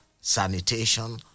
sanitation